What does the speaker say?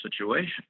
situation